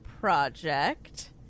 project